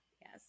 Yes